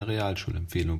realschulempfehlung